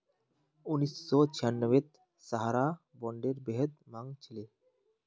उन्नीस सौ छियांबेत सहारा बॉन्डेर बेहद मांग छिले